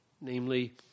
namely